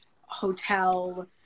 hotel